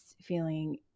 feeling